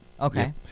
Okay